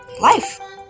life